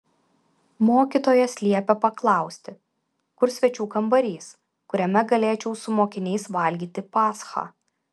mokytojas liepė paklausti kur svečių kambarys kuriame galėčiau su mokiniais valgyti paschą